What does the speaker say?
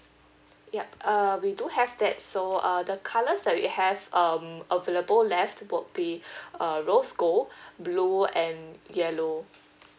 yup uh we do have that so uh the colours that we have um available left will be uh rose gold blue and yellow